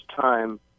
time